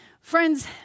Friends